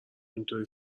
اینطوری